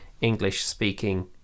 English-speaking